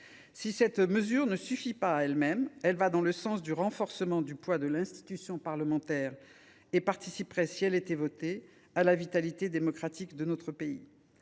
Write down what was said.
Si cette mesure ne se suffit pas par elle même, elle va dans le sens du renforcement du poids de l’institution parlementaire et participerait, si elle était votée, à la vitalité démocratique de notre pays.